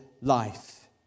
life